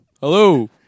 Hello